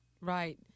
Right